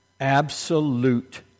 absolute